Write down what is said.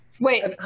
wait